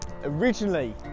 originally